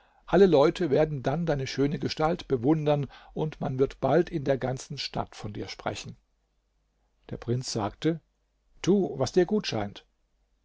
alle leute werden dann deine schöne gestalt bewundern und man wird bald in der ganzen stadt von dir sprechen der prinz sagte tu was dir gut scheint